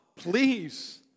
please